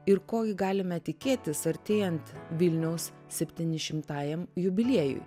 ir ko gi galime tikėtis artėjant vilniaus septynišimtajam jubiliejui